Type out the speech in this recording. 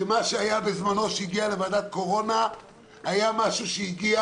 שמה שהיה בזמנו שהגיע לוועדת קורונה היה משהו שהגיע